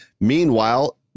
Meanwhile